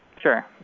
Sure